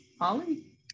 holly